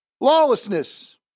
Lawlessness